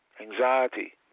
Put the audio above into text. anxiety